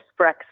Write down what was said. Brexit